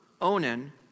Onan